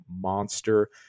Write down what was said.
monster